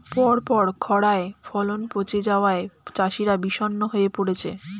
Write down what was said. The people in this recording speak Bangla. পরপর খড়ায় ফলন পচে যাওয়ায় চাষিরা বিষণ্ণ হয়ে পরেছে